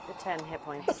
ten hit points.